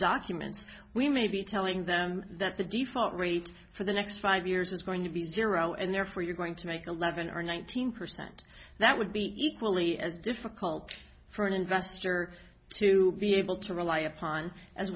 documents we may be telling them that the default rate for the next five years is going to be zero and therefore you're going to make eleven or nineteen percent that would be equally as difficult for an investor to be able to rely upon as